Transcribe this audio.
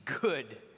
good